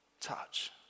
touch